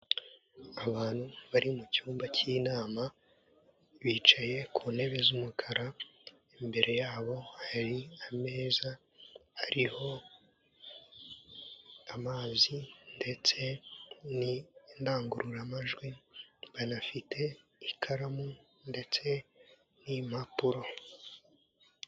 Abantu bari mu cyumba cy'inama bicaye ku ntebe z'umukara, imbere yabo hari ameza ariho amazi ndetse n'indangururamajwi banafite ikaramu ndetse n'impapuro.